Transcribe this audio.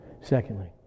Secondly